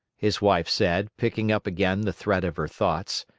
his wife said, picking up again the thread of her thoughts,